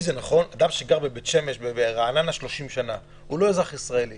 אדם שגר בבית שמש או רעננה 30 שנה בלי שהוא אזרח ישראלי